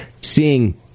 seeing